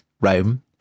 Rome